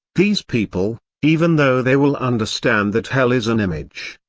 these people, even though they will understand that hell is an image,